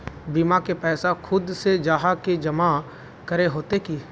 बीमा के पैसा खुद से जाहा के जमा करे होते की?